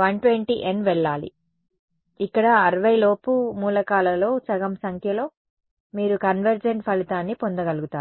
120 N వెళ్లాలి ఇక్కడ 60 లోపు మూలకాలలో సగం సంఖ్యలో మీరు కన్వర్జెంట్ ఫలితాన్ని పొందగలుగుతారు